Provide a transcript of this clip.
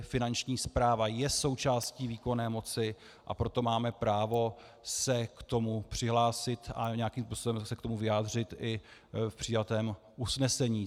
Finanční správa je součástí výkonné moci, a proto máme právo se k tomu přihlásit a nějakým způsobem se k tomu vyjádřit i v přijatém usnesení.